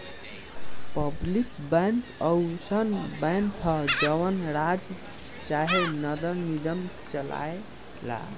public bank अउसन bank ह जवन राज्य चाहे नगर निगम चलाए ला